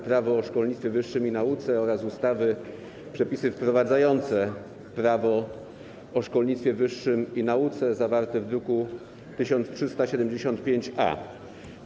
Prawo o szkolnictwie wyższym i nauce oraz ustawy - Przepisy wprowadzające ustawę - Prawo o szkolnictwo wyższym i nauce, zawarte w druku nr 1375-A.